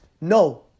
No